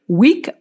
week